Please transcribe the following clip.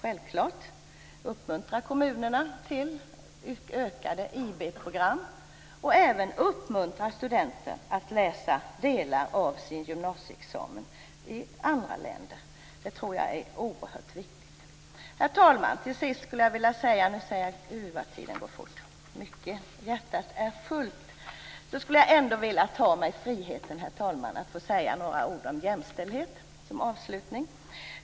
Jag tror att det är oerhört viktigt att uppmuntra kommunerna till utökade IB-program och även att sporra studenter att läsa delar av sin gymnasieexamen i andra länder. Herr talman! Tiden går fort när hjärtat är fullt. Jag vill ändå ta mig friheten att som avslutning säga några ord om jämställdhet.